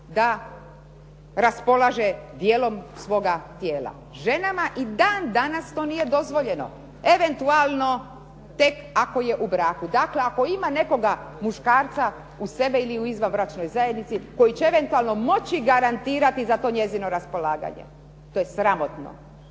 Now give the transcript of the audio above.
da raspolaže dijelom svoga tijela. Ženama i dan danas to nije dozvoljeno. Eventualno tek ako je u braku. Dakle ako ima nekog muškarca uz sebe ili u izvanbračnoj zajednici koji će eventualno moći garantirati za to njezino raspolaganje. To je sramotno.